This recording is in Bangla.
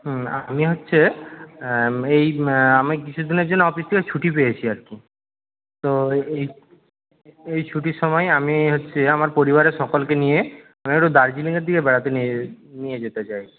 হুম আমি হচ্ছে এই আমি কিছু দিনের জন্য অফিস থেকে ছুটি পেয়েছি আর কি তো এই এই ছুটির সময় আমি হচ্ছে আমার পরিবারের সকলকে নিয়ে আমি একটু দার্জিলিঙের দিকে বেড়াতে নিয়ে নিয়ে যেতে চাই